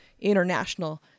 international